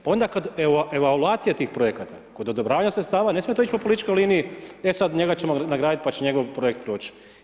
Pa onda kad evaluacija tih projekata, kod odobravanja sredstava ne smije to ići po političkoj liniji, e sad njega ćemo nagraditi pa će njegov projekt proći.